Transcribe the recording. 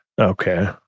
Okay